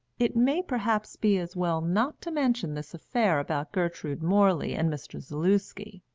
it may perhaps be as well not to mention this affair about gertrude morley and mr. zaluski.